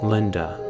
Linda